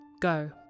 Go